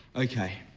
ok,